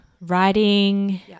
writing